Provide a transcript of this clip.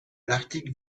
l’article